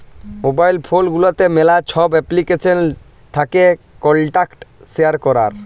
mobile phone গুলাতে ম্যালা ছব এপ্লিকেশল থ্যাকে কল্টাক্ট শেয়ার ক্যরার